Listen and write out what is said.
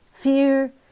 Fear